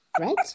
Right